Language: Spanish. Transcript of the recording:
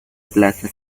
plaza